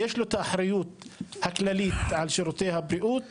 למשרד הבריאות יש את האחריות הכללית על שירותי הבריאות,